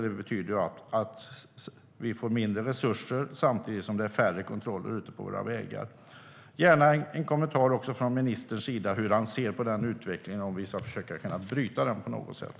Det betyder att vi får mindre resurser samtidigt som det är färre kontroller ute på våra vägar. Jag skulle gärna vilja ha en kommentar från ministerns sida om hur han ser på den utvecklingen och om vi ska försöka bryta den på något sätt.